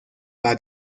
para